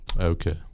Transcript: Okay